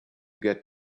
get